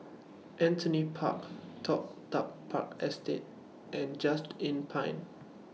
Anthony Road Toh Tuck Park Estate and Just Inn Pine